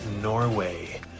Norway